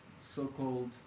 so-called